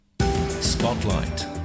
Spotlight